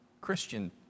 Christian